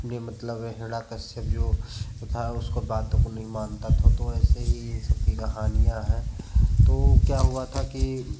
अपने मतलब हिरण्यकश्यप जो जो था उसको बातों को नहीं मानता था तो ऐसे ही इन सब की कहानियाँ हैं तो क्या हुआ था कि